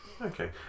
okay